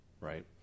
right